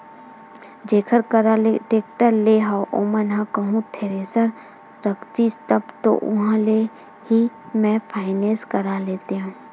जेखर करा ले टेक्टर लेय हव ओमन ह कहूँ थेरेसर रखतिस तब तो उहाँ ले ही मैय फायनेंस करा लेतेव